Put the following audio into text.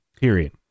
Period